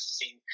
seen